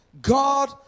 God